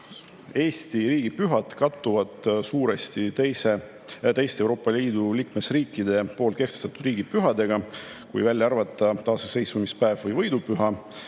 Eesti riigipühad suuresti teistes Euroopa Liidu liikmesriikides kehtestatud riigipühadega, kui välja arvata taasiseseisvumispäev ja võidupüha,